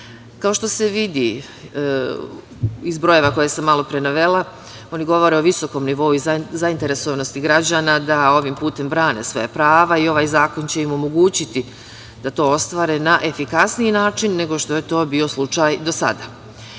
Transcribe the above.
što se vidi iz brojeva koje sam malopre navela, oni govori o visokom nivou zainteresovanosti građana da ovim putem brane svoja prava i ovaj zakon će im omogućiti da to ostvare na efikasniji način nego što je to bio slučaj do sada.